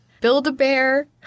Build-A-Bear